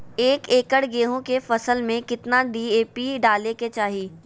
एक एकड़ गेहूं के फसल में कितना डी.ए.पी डाले के चाहि?